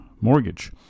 mortgage